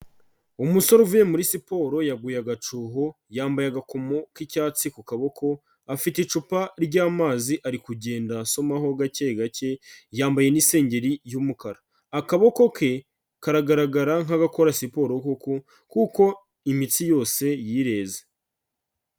Umusore uvuye muri siporo yaguye agacuho, yambaye agakomo k'icyatsi ku kaboko, afite icupa ry'amazi ari kugenda asomaho gake gake, yambaye n'isengeri y'umukara, akaboko ke karagaragara nk'agakora siporo kuko imitsi yose yireze.